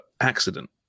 accident